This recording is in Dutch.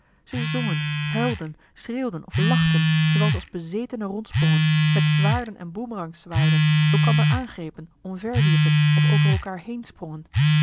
ze zongen huilden schreeuwden of lachten terwijl ze als bezetenen rondsprongen met zwaarden en boemerangs zwaaiden elkander aangrepen omverwierpen of over elkaar heensprongen